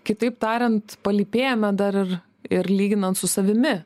kitaip tariant palypėjome dar ir ir lyginant su savimi